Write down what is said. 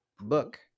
book